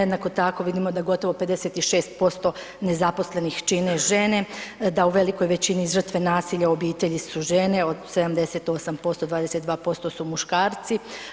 Jednako tako vidimo da gotovo 56% nezaposlenih čine žene, da u velikoj većini žrtve nasilja u obitelji su žene, od 78%, 22% su muškarci.